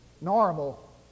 normal